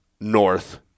north